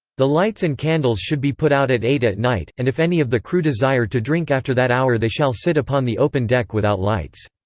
the lights and candles should be put out at eight at night, and if any of the crew desire to drink after that hour they shall sit upon the open deck without lights.